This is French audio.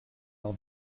n’en